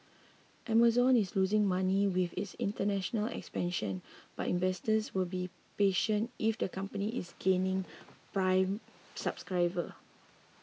Amazon is losing money with its international expansion but investors will be patient if the company is gaining Prime subscriber